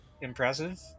impressive